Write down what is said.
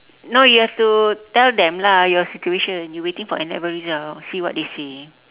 no you have to tell them lah your situation you waiting for N-level results see what they say